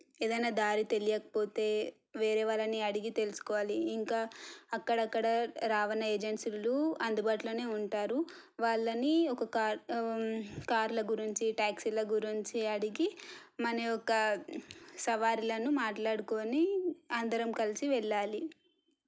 ఏదైనా దారి తెలియకపోతే వేరే వాళ్ళని అడిగి తెలుసుకోవాలి ఇంకా అక్కడక్కడ రావాణ ఏజెన్సీలు అందుబాటులోనే ఉంటారు వాళ్ళని ఒక కార్ కార్ల గురించి ట్యాక్సీల గురించి అడిగి మన యొక్క సవారీలను మాట్లాడుకొని అందరం కలిసి వెళ్ళాలి